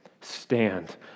Stand